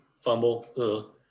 fumble